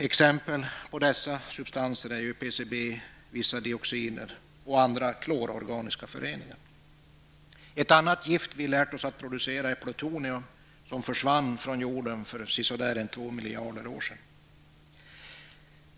Exempel på sådana substanser är PCB, vissa dioxiner och andra klororganiska föreningar. Ett annat gift vi lärt oss producera är plutonium, som försvann från jorden för ca 2 miljarder år sedan.